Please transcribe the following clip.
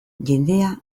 jendea